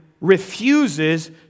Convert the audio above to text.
refuses